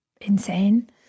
insane